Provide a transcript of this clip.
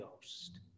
Ghost